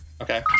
okay